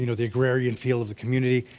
you know the agrarian feel of the community,